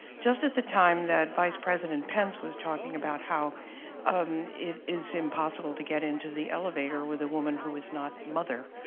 just at the time that vice president pence was talking about how it is impossible to get into the elevator with a woman who is not mother.